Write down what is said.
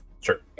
Sure